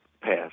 passed